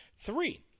Three